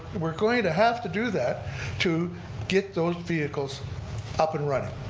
we're going to have to do that to get those vehicles up and running.